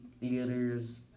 theaters